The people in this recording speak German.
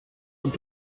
und